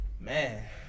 Man